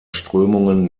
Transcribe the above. strömungen